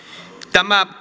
tämä